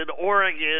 Oregon